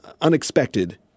unexpected